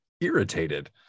irritated